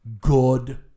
good